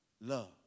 love